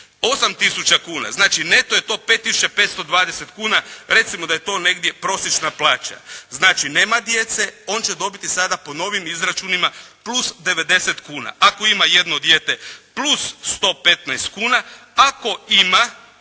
kuna, znači neto je to 5 tisuća 520 kuna, recimo da je to negdje prosječna plaća, znači nema djece, on će dobiti sada po novim izračunima plus 90 kuna, ako ima jedno dijete plus 115 kuna, ako ima